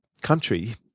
country